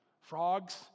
Frogs